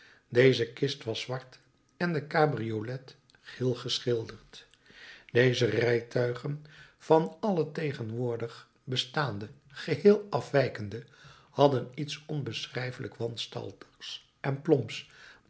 deze kist was zwart en de cabriolet geel geschilderd deze rijtuigen van alle tegenwoordig bestaande geheel afwijkende hadden iets onbeschrijfelijk wanstaltigs en plomps